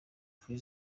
free